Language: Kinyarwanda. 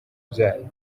byayo